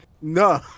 No